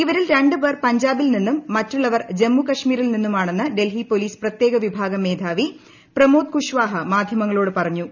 ഇവരിൽ രണ്ട് ഷ്പേർ പ്രഞ്ചാബിൽ നിന്നും മറ്റുള്ളവർ ജമ്മു കശ്മീരിൽ നിന്നുമാണ്ണെന്ന് ഡൽഹി പോലീസ് പ്രത്യേകവിഭാഗം മേധാവി പ്രമോദ് കുശ്വാഹ് മാധ്യമങ്ങളോട് പറഞ്ഞു